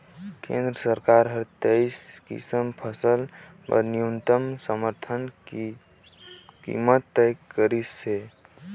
केंद्र सरकार हर तेइस किसम फसल बर न्यूनतम समरथन कीमत तय करिसे